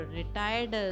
retired